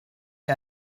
mir